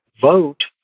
vote